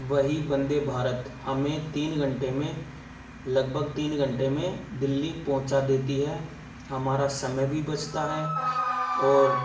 वही वंदे भारत हमें तीन घंटे में लगभग तीन घंटे में दिल्ली पहुंचा देती है हमारा समय भी बचता है और